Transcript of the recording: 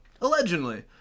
allegedly